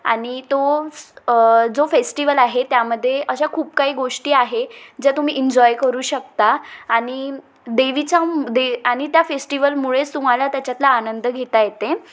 आणि तो जो फेस्टिवल आहे त्यामध्ये अशा खूप काही गोष्टी आहे ज्या तुम्ही इन्जॉय करू शकता आणि देवीचा दे आणि त्या फेस्टिवलमुळेच तुम्हाला त्याच्यातला आनंद घेता येते